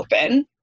open